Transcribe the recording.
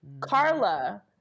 Carla